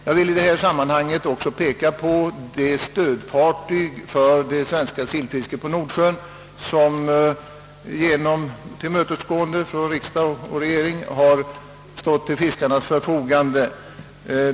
Jag vill i detta sammanhang också erinra om det stödfartyg för det svenska sillfisket på Nordsjön, som genom tillmötesgående av riksdag och regering har stått till fiskarnas förfogande.